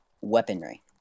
weaponry